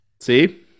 See